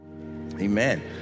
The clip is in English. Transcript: Amen